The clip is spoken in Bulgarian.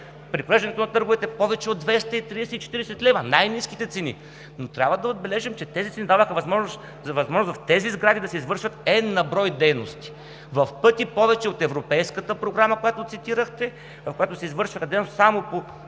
при провеждането на търговете повече от 230-240 лв., най-ниските цени. Но трябва да отбележим, че тези цени даваха възможност в тези сгради да се извършват n на брой дейности, в пъти повече от Европейската програма, която цитирахте, в която се извършваха дейности само по